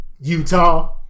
Utah